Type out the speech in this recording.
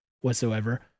whatsoever